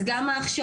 אז גם ההכשרות,